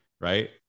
Right